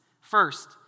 First